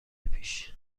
پیش